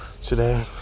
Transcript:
Today